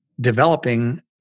developing